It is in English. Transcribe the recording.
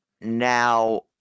Now